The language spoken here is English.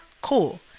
cool